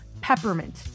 peppermint